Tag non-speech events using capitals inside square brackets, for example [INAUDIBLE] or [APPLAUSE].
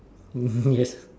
[LAUGHS] yes